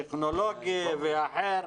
טכנולוגי ואחר,